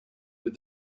with